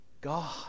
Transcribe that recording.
God